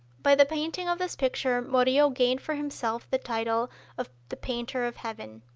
by the painting of this picture murillo gained for himself the title of the painter of heaven.